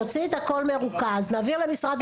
תוציאי את הכול במרוכז ונעביר למשרד החינוך.